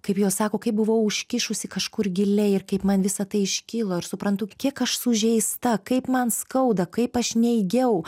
kaip jos sako kaip buvau iškišusi kažkur giliai ir kaip man visa tai iškilo ir suprantu kiek aš sužeista kaip man skauda kaip aš neigiau